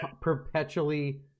perpetually